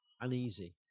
uneasy